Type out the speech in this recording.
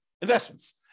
investments